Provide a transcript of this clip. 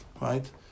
right